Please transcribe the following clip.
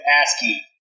asking